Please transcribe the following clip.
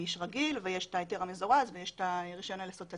רגיל, ההיתר המזורז ורישיון עסק והתצהיר.